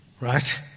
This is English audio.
Right